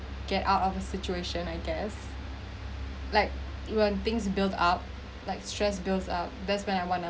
get out of the situation I guess like when things build up like stress builds up that's when I want to